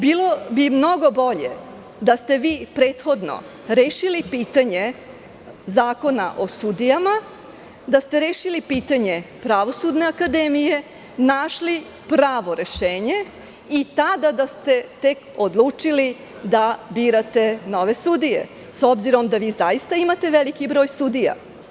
Bilo bi mnogo bolje da ste vi prethodno rešili pitanje Zakona o sudijama, da ste rešili pitanje Pravosudne akademije, našli pravo rešenje i da ste tek tada odlučili da birate nove sudije, s obzirom da zaista imate veliki broj sudija.